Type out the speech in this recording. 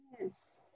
Yes